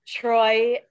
troy